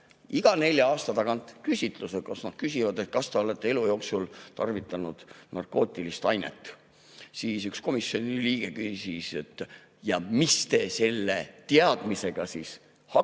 iga nelja aasta tagant läbi küsitluse, kus nad küsivad, kas te olete elu jooksul tarvitanud narkootilist ainet, siis üks komisjoni liige küsis, et mis te selle teadmisega siis peale